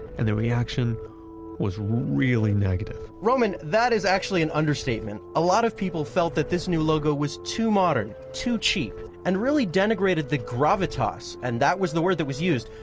and their reaction was really negative roman, that is actually an understatement. a lot of people felt that this new logo was too modern, too cheap and really denigrated the gravitas and that was the word that was used,